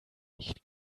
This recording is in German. nicht